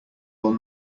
will